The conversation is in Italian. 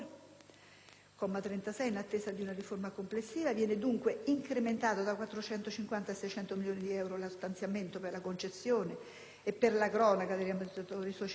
comma 36, in attesa dì una riforma complessiva, viene comunque incrementato da 450 a 600 milioni di euro lo stanziamento per la concessione e per la proroga degli ammortizzatori sociali